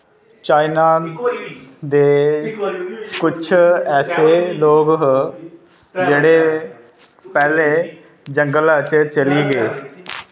China दे कुछ ऐसे लोक ह जेह्ड़े पैह्ले जंगला च चली गे